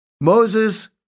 Moses